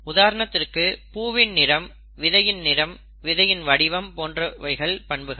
உதாரணத்திற்கு பூவின் நிறம் விதையின் நிறம் விதையின் வடிவம் போன்றவைகள் பண்புகள்